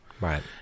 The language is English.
right